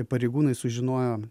pareigūnai sužinojo